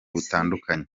butandukanye